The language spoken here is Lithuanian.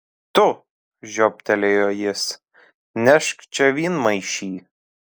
tu žioptelėjo jis nešk čia vynmaišį